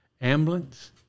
ambulance